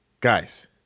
Guys